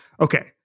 Okay